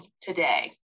today